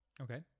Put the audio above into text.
Okay